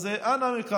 אז אנא ממך,